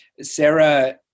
Sarah